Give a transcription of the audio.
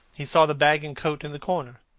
he saw the bag and coat in the corner.